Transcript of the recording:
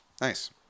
Nice